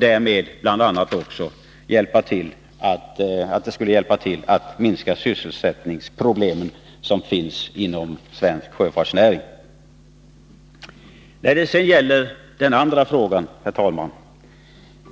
Därmed skulle en sådan lösning bl.a. också bidra till att minska de sysselsättningsproblem som finns inom svensk sjöfartsnäring. Den andra frågan, herr talman,